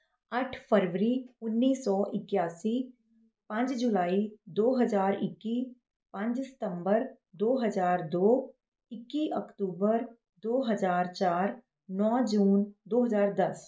ਅੱਠ ਫਰਬਰੀ ਉੱਨੀ ਸੌ ਇਕਿਆਸੀ ਪੰਜ ਜੁਲਾਈ ਦੋ ਹਜ਼ਾਰ ਇੱਕੀ ਪੰਜ ਸਤੰਬਰ ਦੋ ਹਜ਼ਾਰ ਦੋ ਇੱਕੀ ਅਕਤੂਬਰ ਦੋ ਹਜ਼ਾਰ ਚਾਰ ਨੌਂ ਜੂਨ ਦੋ ਹਜ਼ਾਰ ਦਸ